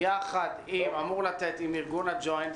יחד עם ארגון הג'וינט.